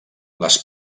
les